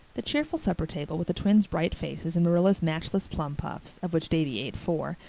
the cheerful supper table, with the twins' bright faces, and marilla's matchless plum puffs. of which davy ate four.